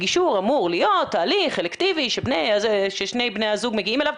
גישור אמור להיות תהליך אלקטיבי ששני בני הזוג מגיעים אליו,